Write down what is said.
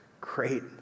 great